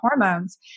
hormones